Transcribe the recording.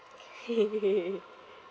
okay